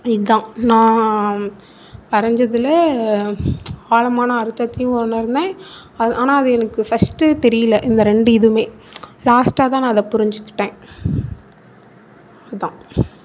இதுதான் நான் வரைஞ்சதில் ஆழமான அர்த்தத்தையும் உணர்ந்தேன் அது ஆனால் அது எனக்கு ஃபர்ஸ்ட் தெரியல இந்த ரெண்டு இதுவுமே லாஸ்டாகதான் நான் அதை புரிஞ்சுக்கிட்டேன் அதுதான்